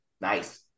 Nice